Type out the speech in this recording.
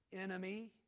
enemy